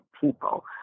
people